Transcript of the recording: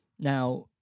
Now